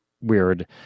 weird